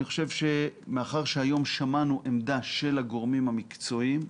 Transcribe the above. אני חושב שמאחר והיום שמענו עמדה של הגורמים המקצועיים,